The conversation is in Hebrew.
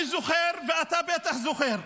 אני זוכר, ואתה בטח זוכר,